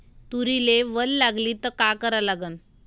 तुरीले वल लागली त का करा लागन?